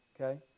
okay